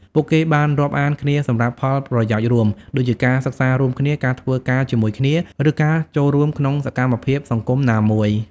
ពួកគេបានរាប់អានគ្នាសម្រាប់ផលប្រយោជន៍រួម ដូចជាការសិក្សារួមគ្នា ការធ្វើការជាមួយគ្នា ឬការចូលរួមក្នុងសកម្មភាពសង្គមណាមួយ។